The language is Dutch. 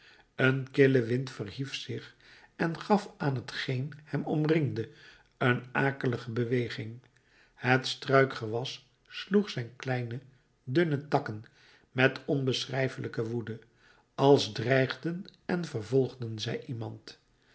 een kille wind verhief zich en gaf aan t geen hem omringde een akelige beweging het struikgewas sloeg zijn kleine dunne takken met onbeschrijfelijke woede als dreigden en vervolgden zij iemand